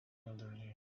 elderly